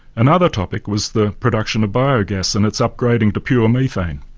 another topic was the production of biogas and its upgrading to pure methane.